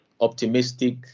optimistic